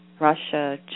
Russia